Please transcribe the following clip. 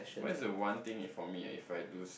what is the one thing it for me if I lose